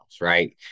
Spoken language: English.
right